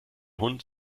hund